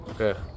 Okay